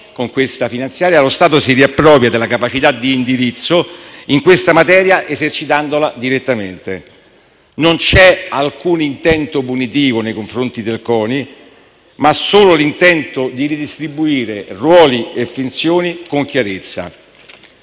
con questa manovra economica, lo Stato si riappropria della capacità di indirizzo in questa materia esercitandola direttamente. Non c'è alcun intento punitivo nei confronti del CONI, ma solo l'intento di ridistribuire ruoli e funzioni con chiarezza.